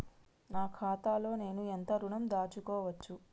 నా ఖాతాలో నేను ఎంత ఋణం దాచుకోవచ్చు?